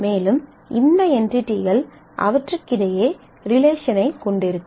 மேலும் இந்த என்டிடிகள் அவற்றுக்கிடையே ரிலேஷனை கொண்டிருக்கும்